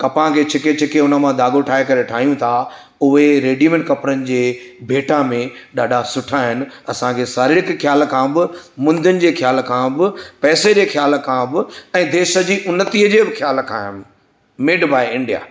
कपहि खे छिके छिके उन मां धाॻो ठाहे करे ठाहियूं था उहे रेडीमेड कपिड़नि जे भेट में ॾाढा सुठा आहिनि असांखे शारीरिक ख़्याल खां बि मुंदुनि जे ख़्याल खां बि पैसे जे ख़्याल खां बि ऐं देश जी उनती जे बि ख़्याल खां बि मेड बाए इंडिया